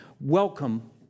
Welcome